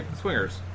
Swingers